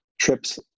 trips